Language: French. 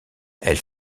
elle